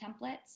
templates